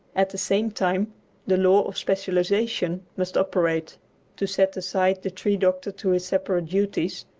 at the same time the law of specialization must operate to set aside the tree-doctor to his separate duties,